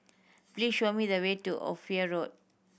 please show me the way to Ophir Road